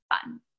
fun